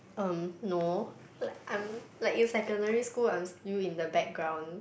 em no like I'm like in secondary school I'm still in the background